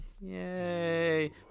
Yay